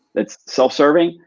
it's self-serving.